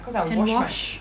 hand wash